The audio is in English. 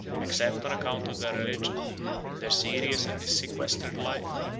except on account of their religion. their serious and sequestered life,